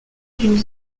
d’une